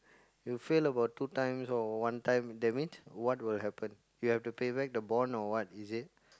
you fail about two times or one time that means what will happen you have to pay back the bond or what is it